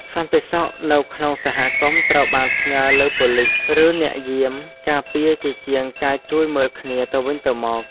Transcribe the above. សន្តិសុខនៅក្នុងសហគមន៍ត្រូវបានផ្ញើលើប៉ូលីស ឬអ្នកយាមការពារជាជាងការជួយមើលគ្នាទៅវិញទៅមក។